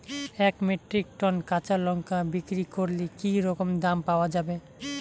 এক metric tonne কাঁচা লঙ্কা বিক্রি করলে কি রকম দাম পাওয়া যাবে?